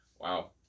wow